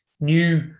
new